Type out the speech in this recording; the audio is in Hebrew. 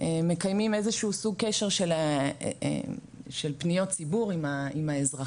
מקיימים איזה שהוא סוג קשר של פניות ציבור עם האזרחים,